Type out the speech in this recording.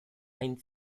ein